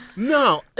No